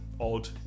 Odd